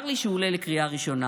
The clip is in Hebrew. צר לי שהוא עולה לקריאה ראשונה".